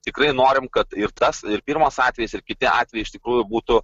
tikrai norim kad ir tas ir pirmas atvejis ir kiti atvejai iš tikrųjų būtų